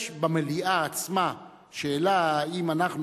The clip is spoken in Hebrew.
יש במליאה עצמה שאלה האם אנחנו,